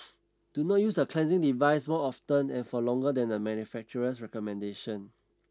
do not use the cleansing devices more often and for longer than the manufacturer's recommendations